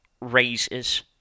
raises